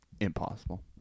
Impossible